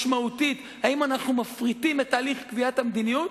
משמעותית: האם אנחנו מפריטים את תהליך קביעת המדיניות,